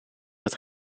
het